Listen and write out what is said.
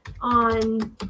on